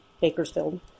Bakersfield